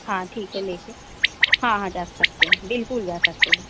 हाँ ठीक है लेकर हाँ हाँ जा सकते हैं बिल्कुल जा सकते हैं